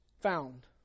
found